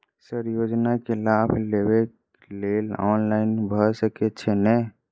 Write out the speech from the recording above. Sir योजना केँ लाभ लेबऽ लेल ऑनलाइन भऽ सकै छै नै?